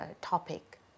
topic